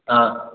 हाँ